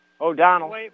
O'Donnell